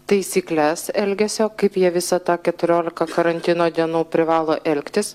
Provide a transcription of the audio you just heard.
taisykles elgesio kaip jie visą tą keturiolika karantino dienų privalo elgtis